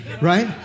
Right